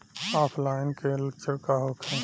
ऑफलाइनके लक्षण का होखे?